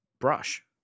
brush